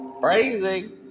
Phrasing